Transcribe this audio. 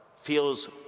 feels